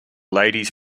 ladies